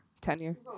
Tenure